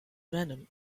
venom